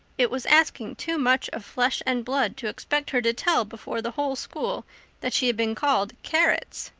it was asking too much of flesh and blood to expect her to tell before the whole school that she had been called carrots.